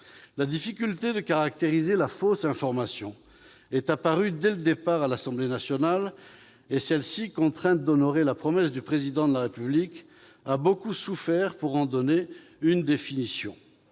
La difficulté de caractériser la « fausse information » est apparue dès le départ à l'Assemblée nationale, qui, contrainte d'honorer la promesse du Président de la République, a beaucoup souffert pour en donner une définition.